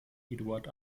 eduard